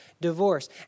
divorce